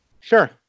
Sure